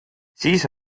siis